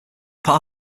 part